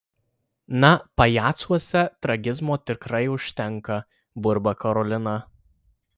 na pajacuose tragizmo tikrai užtenka burba karolina